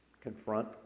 confront